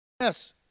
Yes